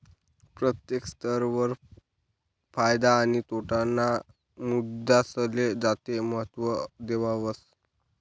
प्रत्येक स्तर वर फायदा आणि तोटा ना मुद्दासले जास्त महत्व देवावस